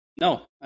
No